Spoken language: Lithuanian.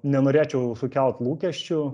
nenorėčiau sukelt lūkesčių